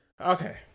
okay